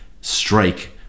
strike